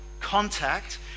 contact